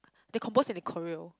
they compose and they choreo